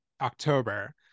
October